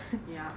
ya